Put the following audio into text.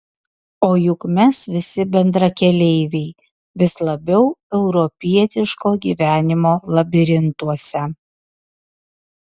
o juk mes visi bendrakeleiviai vis labiau europietiško gyvenimo labirintuose